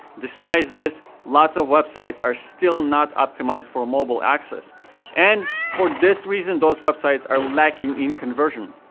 despite this, lots of websites are still not optimized for mobile access and for this reason those websites are lacking in conversion.